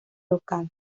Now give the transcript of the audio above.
local